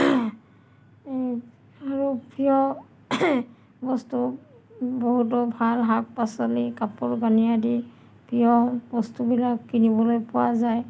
আৰু প্ৰিয় বস্তু বহুতো ভাল শাক পাচলি কাপোৰ কানি আদি প্ৰিয় বস্তুবিলাক কিনিবলৈ পোৱা যায়